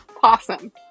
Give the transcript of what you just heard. Possum